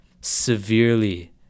severely